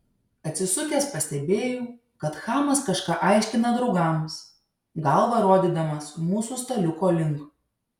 atsisukęs pastebėjau kad chamas kažką aiškina draugams galva rodydamas mūsų staliuko link